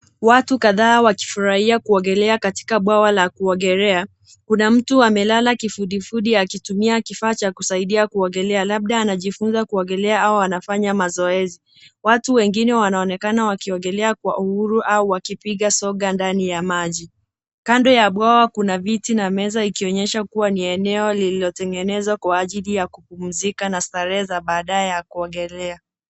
Watu kadhaa wakifurahia kuogelea kwenye bwawa la kuogelea. Kuna mtu amelala kifudifudi akitumia kifaa cha kusaidia kuogelea labda anajifunza kuogelea au anafanya mazoezi. Watu wengine wanaonekana wakiogelea kwa uhuru au wakipiga soga ndani ya maji. Kando ya bwawa, kuna viti na meza ikionyesha kuwa ni eneo liliotengenezwa kwa ajili ya kupumzika na starehe baada ya kuogea.